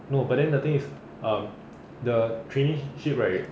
no but then the thing is um the traineeship right